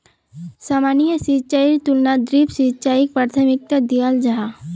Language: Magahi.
सामान्य सिंचाईर तुलनात ड्रिप सिंचाईक प्राथमिकता दियाल जाहा